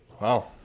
wow